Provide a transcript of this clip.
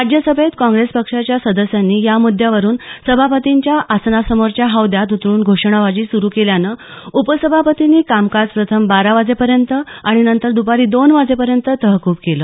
राज्यसभेत काँप्रेस पक्षाच्या सदस्यांनी या मुद्यावरून सभापतींच्या आसनासमोरच्या हौद्यात उतरून घोषणाबाजी सुरू केल्यानं उपसभापतींनी कामकाज प्रथम बारा वाजेपर्यंत आणि नंतर दुपारी दोन वाजेपर्यंत तहकूब केलं